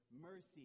Mercy